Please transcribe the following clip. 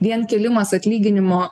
vien kėlimas atlyginimo